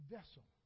Vessel